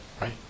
right